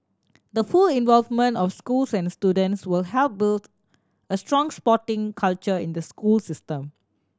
the full involvement of schools and students will help build a strong sporting culture in the school system